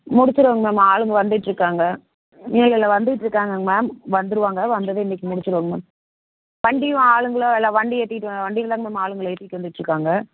முடிச்சிருவோங்க ma'am ஆளுங்க வந்துட்டிருக்காங்க இல்லல்லை வந்துக்கிட்டிருக்காங்கங் மேம் வந்துடுவாங்க வந்ததும் இன்றைக்கு முடிச்சிருவோங்க மேம் வண்டியும் ஆளுங்களை இல்லை வண்டி ஏற்றியிட்டு வண்டியில் தாங்க மேம் ஆளுங்களை ஏற்றிட்டு வந்துட்டிருக்காங்க